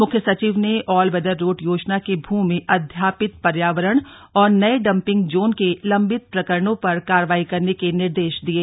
मुख्य सचिव ने ऑल वेदर रोड योजना के भूमि अध्याप्ति पर्यावरण और नये डम्पिंग जोन के लम्बित प्रकरणों पर कार्रवाई करने के निर्देश दिये